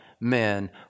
men